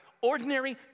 ordinary